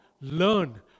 learn